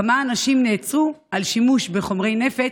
כמה אנשים נעצרו על שימוש בחומרי נפץ,